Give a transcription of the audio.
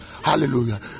hallelujah